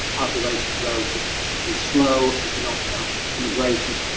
population growth is slow don't count immigration.